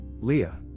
Leah